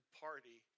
party